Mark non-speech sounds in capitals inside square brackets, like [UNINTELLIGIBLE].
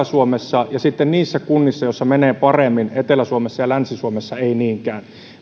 [UNINTELLIGIBLE] suomessa ja sitten niissä kunnissa joissa menee paremmin etelä suomessa ja länsi suomessa ei niinkään